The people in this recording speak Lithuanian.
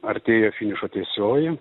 artėja finišo tiesioji